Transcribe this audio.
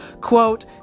Quote